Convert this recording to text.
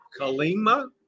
Kalima